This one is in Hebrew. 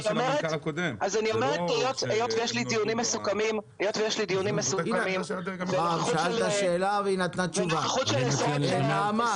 היות שיש לי דיונים מסוכמים ונוכחות של עשרות שעות --- נעמה,